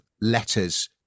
letters